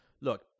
Look